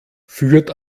führt